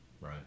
Right